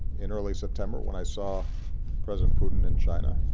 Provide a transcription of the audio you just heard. in early september when i saw president putin in china,